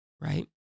Right